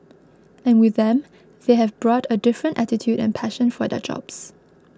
and with them they have brought a different attitude and passion for their jobs